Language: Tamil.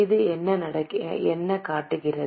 இது என்ன காட்டுகிறது